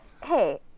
Hey